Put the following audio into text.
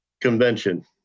convention